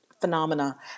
phenomena